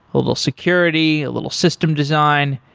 a little security, a little system design.